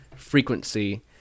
frequency